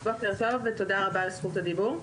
בוקר טוב ותודה רבה על זכות הדיבור.